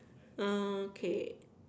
okay